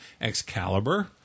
Excalibur